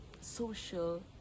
social